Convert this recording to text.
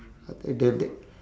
other than that